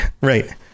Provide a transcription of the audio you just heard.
Right